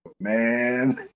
Man